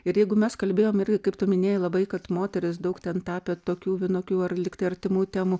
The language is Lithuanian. ir jeigu mes kalbėjom ir kaip tu minėjai labai kad moteris daug ten tapė tokių vienokių ar lyg tai artimų temų